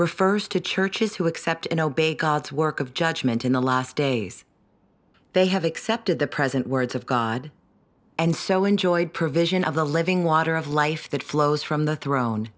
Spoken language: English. refers to churches who accept and obey god's work of judgment in the last days they have accepted the present words of god and so enjoyed provision of the living water of life that flows from the throne